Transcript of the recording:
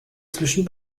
zwischen